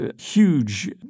huge